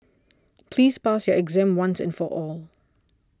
please pass your exam once and for all